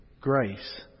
grace